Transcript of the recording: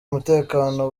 umutekano